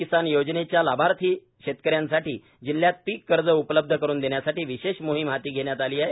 किसान योजनेच्या लाभार्थी शेतकऱ्यांसाठी जिल्ह्यात पीक कर्ज उपलब्ध करून देण्यासाठी विशेष मोहिम हाती घेण्यात आली आहे